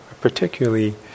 particularly